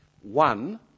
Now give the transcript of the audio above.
One